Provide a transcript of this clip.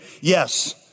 Yes